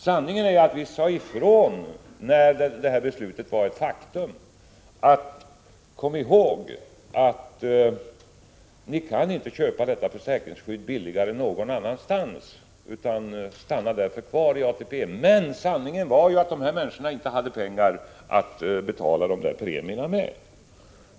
Sanningen är att när detta beslut var ett faktum sade vi: Kom ihåg att ni inte kan köpa detta försäkringsskydd billigare någon annanstans — stanna därför kvar i ATP-systemet. Sanningen var emellertid att de här människorna inte hade pengar att betala premierna.